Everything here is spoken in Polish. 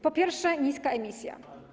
Po pierwsze niska emisja.